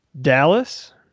Dallas